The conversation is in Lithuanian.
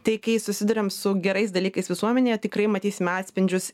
tai kai susiduriam su gerais dalykais visuomenėje tikrai matysime atspindžius